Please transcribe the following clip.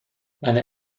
meine